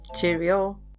Cheerio